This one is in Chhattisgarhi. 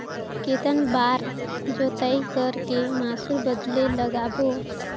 कितन बार जोताई कर के मसूर बदले लगाबो?